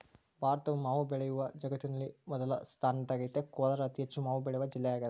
ಭಾರತದ ಮಾವು ಬೆಳೆಯು ಜಗತ್ತಿನಲ್ಲಿ ಮೊದಲ ಸ್ಥಾನದಾಗೈತೆ ಕೋಲಾರ ಅತಿಹೆಚ್ಚು ಮಾವು ಬೆಳೆವ ಜಿಲ್ಲೆಯಾಗದ